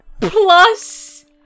plus